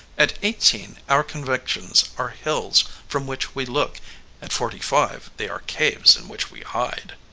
at eighteen our convictions are hills from which we look at forty-five they are caves in which we hide.